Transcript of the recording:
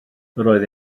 roedd